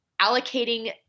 allocating